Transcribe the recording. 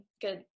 good